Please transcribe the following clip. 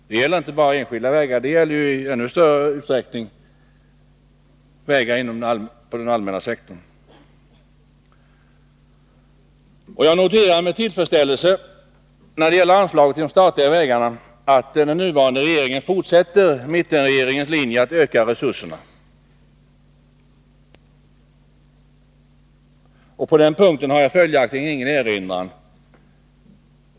Detta gäller inte bara enskilda vägar utan i ännu större utsträckning allmänna vägar. När det gäller anslaget till drift av de statliga vägarna noterar jag med tillfredsställelse att den nuvarande regeringen fortsätter mittenregeringens linje att öka resurserna. På den punkten har jag följaktligen ingen erinran.